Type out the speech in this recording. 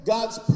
God's